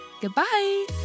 Goodbye